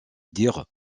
dire